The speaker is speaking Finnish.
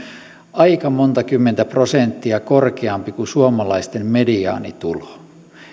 aika monta kymmentä prosenttia korkeampi kuin suomalaisten mediaanitulo